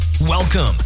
Welcome